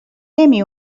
نمی